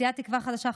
סיעת תקווה חדשה,